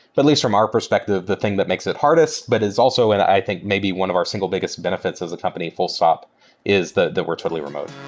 but least from our perspective, the thing that makes it hardest but is also and i think maybe one of our single biggest benefits as a company full stop is that we're totally remote.